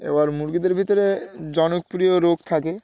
এবার মুরগিদের ভিতরে জনপ্রিয় রোগ থাকে